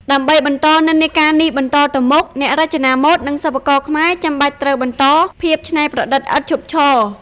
ដើម្បីបន្តនិន្នាការនេះបន្តទៅមុខ អ្នករចនាម៉ូដ និងសិប្បករខ្មែរចាំបាច់ត្រូវបន្ត ភាពច្នៃប្រឌិតឥតឈប់ឈរ ។